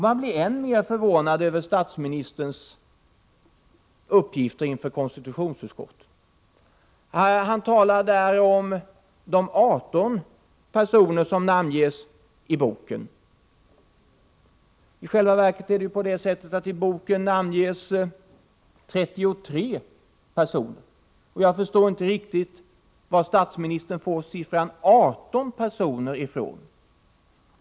Man blir än mer förvånad över statsministerns uppgifter inför konstitutionsutskottet. Han talade där om de 18 personer som namnges i boken. I själva verket namnges i boken 33 personer. Jag förstår inte riktigt var statsministern får siffran 18 personer från.